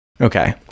Okay